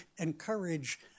encourage